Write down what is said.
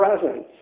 presence